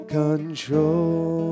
control